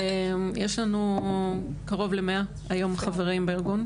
יש לנו קרוב ל-100 חברים בארגון היום,